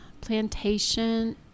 plantation